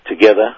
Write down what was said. together